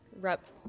rep